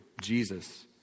Jesus